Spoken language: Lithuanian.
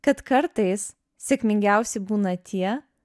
kad kartais sėkmingiausi būna tie